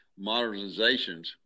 modernizations